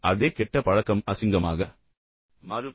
இப்போது அதே கெட்ட பழக்கம் அசிங்கமாக மாறும்